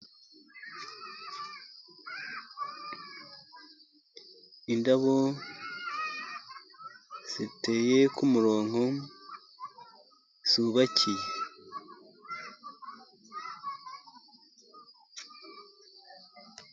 Indabo ziteye ku murongo zubakiye.